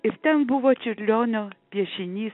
ir ten buvo čiurlionio piešinys